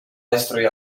destruir